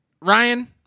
Ryan